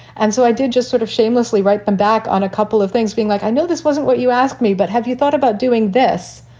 and so i did just sort of shamelessly write them back on a couple of things, being like, i know this wasn't what you asked me, but have you thought about doing this?